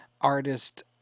artist